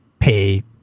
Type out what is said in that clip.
Pay